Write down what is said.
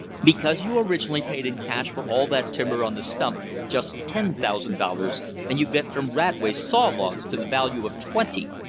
because you originally paid in cash for all that timber on the stump just ten thousand dollars and you get from radway saw logs to the value of twenty,